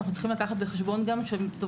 אנחנו צריכים לקחת בחשבון גם שתופעת